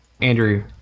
andrew